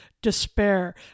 despair